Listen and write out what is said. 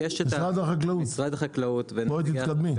משרד החקלאות בואי תתקדמי.